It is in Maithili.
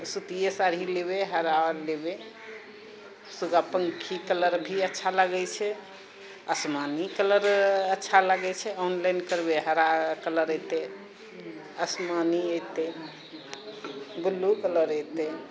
सुतिए साड़ी लेबइ हरा आओर लेबै सुगापंखी कलर भी अच्छा लागै छै आसमानी कलर अच्छा लागै छै ऑनलाइन करबै हरा कलर एतै आसमानी एतै बुल्लू कलर एतै